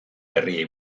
berriei